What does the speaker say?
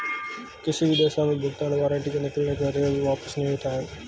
किसी भी दशा में भुगतान वारन्ट के निकलने पर यह वापस नहीं होता है